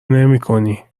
نمیکنی